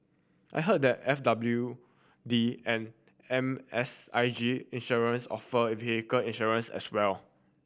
I heard that F W D and M S I G Insurance offer vehicle insurance as well